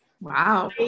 Wow